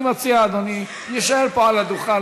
אני מציע שאדוני יישאר פה על הדוכן,